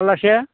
फाल्लासे